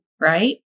right